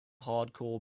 hardcore